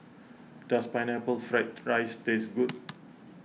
does Pineapple Fried Rice taste good